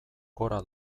gora